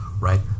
right